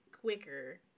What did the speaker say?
quicker